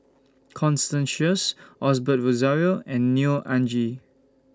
Constance Sheares Osbert Rozario and Neo Anngee